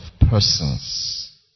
persons